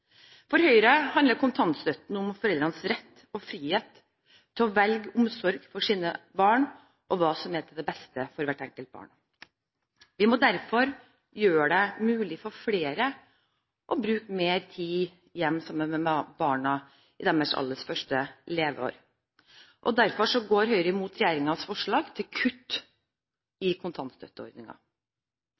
For Høyre handler kontantstøtten om foreldres rett og frihet til å velge omsorg for sine barn, og hva som er til det beste for hvert enkelt barn. Vi må derfor gjøre det mulig for flere å bruke mer tid hjemme sammen med barna i deres aller første leveår. Derfor går Høyre imot regjeringens forslag til kutt i